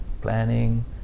planning